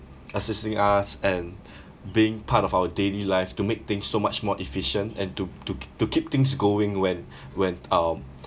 assisting us and being part of our daily life to make things so much more efficient and to to to keep things going when when um